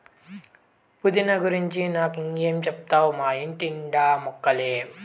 పుదీనా గురించి నాకే ఇం గా చెప్తావ్ మా ఇంటి నిండా ఆ మొక్కలే